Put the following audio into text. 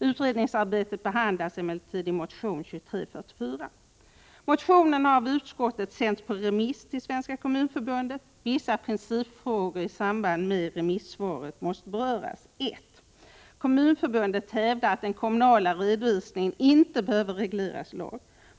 Utredningsarbetet behandlas emellertid i motion 2344. Motionen har av utskottet sänts på remiss till Svenska kommunförbundet. Vissa principfrågor i samband med remissvaret måste beröras. 1. Kommunförbundet hävdar att den kommunala redovisningen inte behöver regleras i lag.